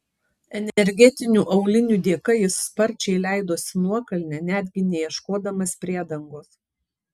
energetinių aulinių dėka jis sparčiai leidosi nuokalne netgi neieškodamas priedangos